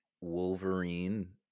Wolverine